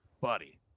Buddy